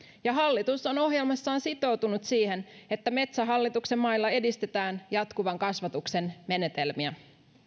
ja hallitus on ohjelmassaan sitoutunut siihen että metsähallituksen mailla edistetään jatkuvan kasvatuksen menetelmiä